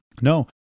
no